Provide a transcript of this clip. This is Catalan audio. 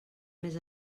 més